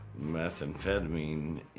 methamphetamine